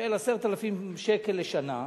והיו לו 10,000 שקל לשנה,